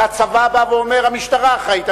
הצבא בא ואומר: המשטרה אחראית,